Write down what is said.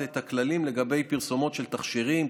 את הכללים לגבי פרסומות של תכשירים,